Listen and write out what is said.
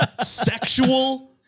Sexual